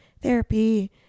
therapy